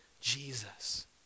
Jesus